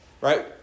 Right